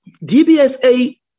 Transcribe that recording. dbsa